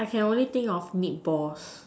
I can only think of meatballs